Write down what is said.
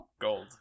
gold